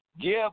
give